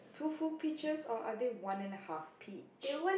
two full peaches or are they one and a half peach